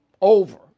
over